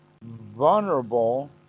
Vulnerable